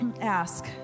ask